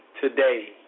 today